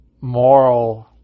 moral